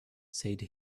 said